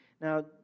Now